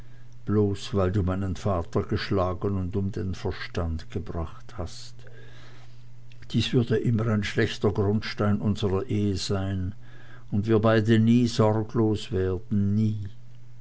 bloß weil du meinen vater geschlagen und um den verstand gebracht hast dies würde immer ein schlechter grundstein unserer ehe sein und wir beide nie sorglos werden nie